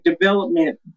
development